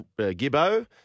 Gibbo